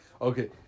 Okay